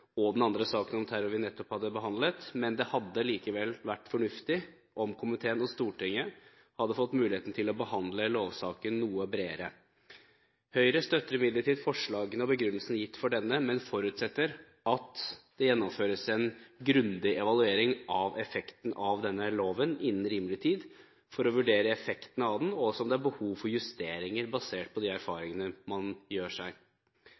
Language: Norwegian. og den andre saken om terror vi nettopp har behandlet, men det hadde likevel vært fornuftig om komiteen og Stortinget hadde fått muligheten til å behandle lovsaken noe bredere. Høyre støtter imidlertid forslagene og begrunnelsen gitt for disse, men forutsetter at det gjennomføres en grundig evaluering av loven innen rimelig tid for å vurdere effekten av den, og om det også er behov for justeringer basert på de erfaringene man gjør seg.